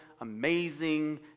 Amazing